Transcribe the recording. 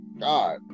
God